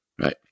right